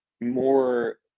more